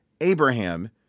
Abraham